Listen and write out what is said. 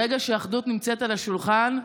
ברגע שהאחדות נמצאת על השולחן,